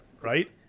right